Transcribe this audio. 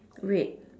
red